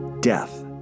death